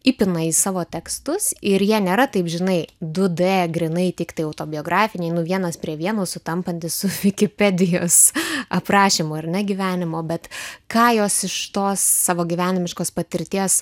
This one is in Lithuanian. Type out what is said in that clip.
įpina į savo tekstus ir jie nėra taip žinai du d grynai tiktai autobiografiniai nu vienas prie vieno sutampantys su vikipedijos aprašymu ar ne gyvenimo bet ką jos iš tos savo gyvenimiškos patirties